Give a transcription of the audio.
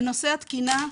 בנושא התקינה,